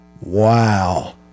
wow